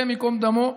השם ייקום דמו,